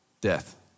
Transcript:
Death